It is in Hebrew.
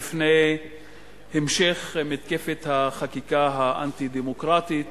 בפני המשך מתקפת החקיקה האנטי-דמוקרטית,